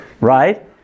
right